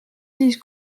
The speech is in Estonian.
siis